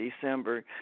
December